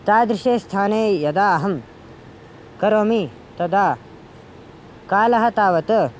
तादृशे स्थाने यदा अहं करोमि तदा कालः तावत्